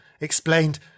explained